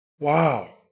Wow